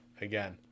again